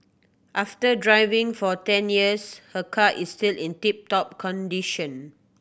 after driving for ten years her car is still in tip top condition